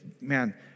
man